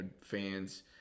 fans